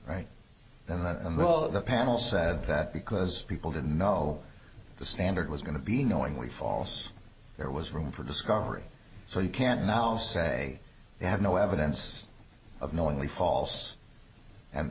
right then that the panel said that because people didn't know the standard was going to be knowingly false there was room for discovery so you can now say they have no evidence of knowingly false and